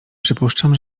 przypuszczam